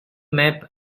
map